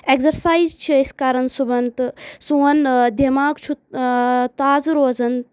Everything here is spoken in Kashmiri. ایگزسایز چھِ أسۍ کران صبحَن تہٕ سون دٮ۪ماغ چھُ تازٕ روزان